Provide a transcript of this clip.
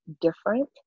different